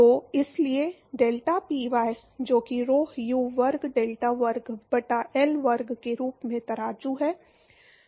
तो इसलिए डेल्टाPy जो कि rho U वर्ग डेल्टा वर्ग बटा L वर्ग के रूप में तराजू है